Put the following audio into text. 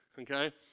okay